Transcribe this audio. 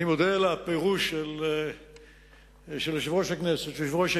אני מודה על הפירוש של יושב-ראש הישיבה.